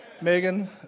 Megan